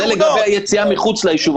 זה לגבי היציאה מחוץ ליישוב.